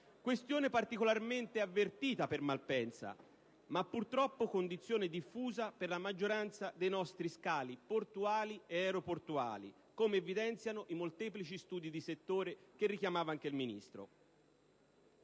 questione particolarmente avvertita per Malpensa, ma purtroppo condizione diffusa per la maggioranza dei nostri scali portuali e aeroportuali, come evidenziano i molteplici studi di settore che richiamava anche il Vice Ministro.